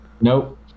Nope